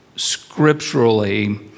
scripturally